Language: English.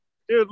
Dude